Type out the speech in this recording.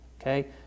Okay